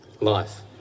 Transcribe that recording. life